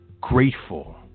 grateful